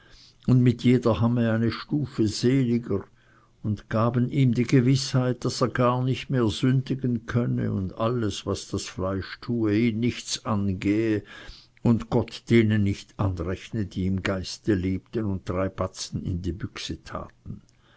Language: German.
und mit jeder hamme eine stufe seliger und gaben ihm die gewißheit daß er gar nicht mehr sündigen könne und alles was das fleisch tue ihn nichts angehe und gott denen nicht anrechne die im geiste lebten und drei batzen in die büchse